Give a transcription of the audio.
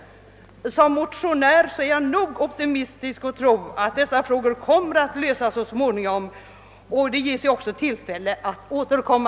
Som motionär är jag optimistisk nog att tro att dessa frågor skall lösas så småningom, och det ges ju också tillfälle att återkomma.